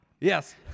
Yes